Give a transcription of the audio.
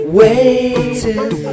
waiting